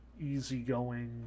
easygoing